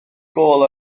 gôl